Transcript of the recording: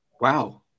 Wow